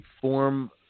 form